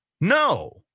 No